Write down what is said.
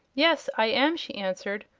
yes, i am, she answered,